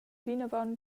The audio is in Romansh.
vinavon